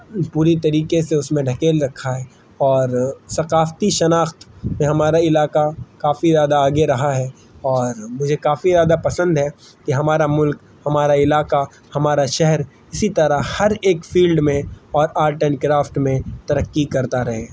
پوری طریقے سے اس میں ڈھکیل رکھا ہے اور ثقافتی شناخت میں ہمارا علاقہ کافی یادہ آگے رہا ہے اور مجھے کافی یادہ پسند ہے کہ ہمارا ملک ہمارا علاقہ ہمارا شہر اسی طرح ہر ایک فیلڈ میں اور آرٹ اینڈ کرافٹ میں ترقی کرتا رہے